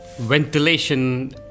ventilation